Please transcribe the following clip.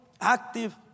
active